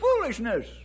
foolishness